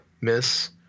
miss